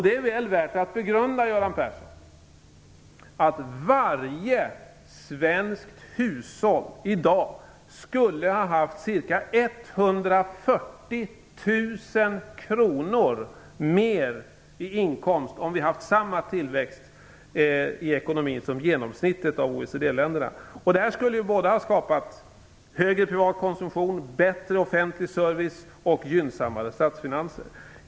Det är väl värt att begrunda, Göran Persson, att varje svenskt hushåll i dag skulle ha haft ca 140 000 kr mer i inkomst om vi hade haft samma tillväxt i ekonomin som genomsnittet av OECD-länderna. Det skulle ha skapat såväl högre privat konsumtion och bättre offentlig service som gynnsammare statsfinanser.